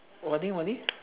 oh what thing what thing